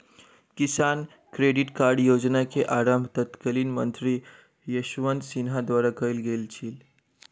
किसान credit card योजना के आरम्भ तत्कालीन मंत्री यशवंत सिन्हा द्वारा कयल गेल छल